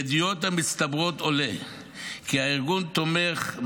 מהעדויות המצטברות עולה כי הארגון תומך,